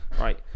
right